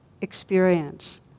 experience